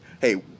hey